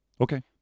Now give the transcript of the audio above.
Okay